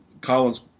Collins